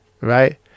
Right